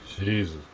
Jesus